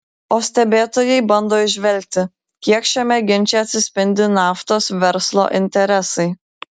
o stebėtojai bando įžvelgti kiek šiame ginče atsispindi naftos verslo interesai